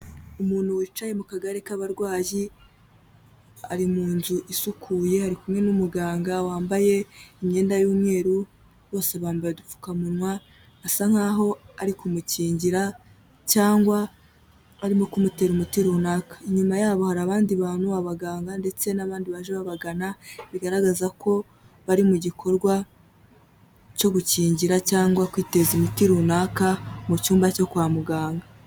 Umuntu wicaye mu kagari k'abarwayi, ari mu nzu isukuye ari kumwe n'umuganga wambaye imyenda y'umweru, bose bambaye udupfukamunwa, asa nkaho ari kumukingira cyangwa arimo kumutera umuti runaka. Inyuma yabo hari abandi bantu, abaganga ndetse n'abandi baje babagana bigaragaza ko bari mu gikorwa cyo gukingira cyangwa kwiteza imiti runaka mu cyumba cyo kwa muganga.